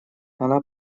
она